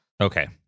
Okay